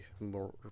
more